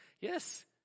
Yes